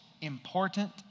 important